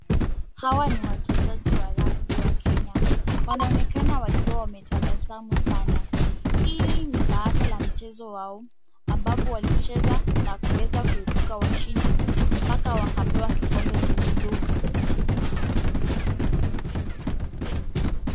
Hawa ni wachezaji wa rugby wa Kenya. Wanaonekana wakiwa wametabasamu sana. Hili ni baada ya mchezo wao, ambapo walicheza na kuweza kuibuka washindi mpaka wakapewa kikombe chenye ndovu. Naam!